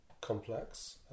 complex